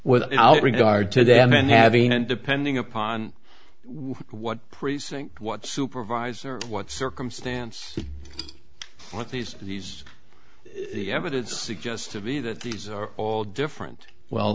with regard to them and having and depending upon what precinct what supervisor what circumstance what these these the evidence suggests to me that these are all different well